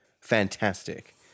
fantastic